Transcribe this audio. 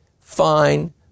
fine